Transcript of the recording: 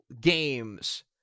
games